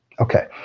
okay